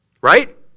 Right